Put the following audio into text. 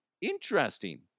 Interesting